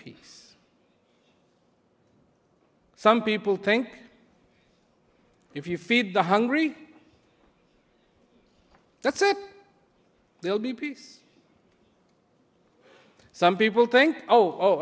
peace some people think if you feed the hungry that's it they'll be peace some people think oh